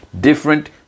different